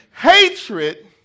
Hatred